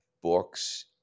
books